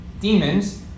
demons